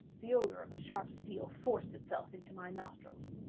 the odor of the sharp steel forced itself into my nostrils.